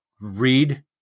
read